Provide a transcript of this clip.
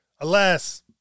Alas